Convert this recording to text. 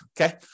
okay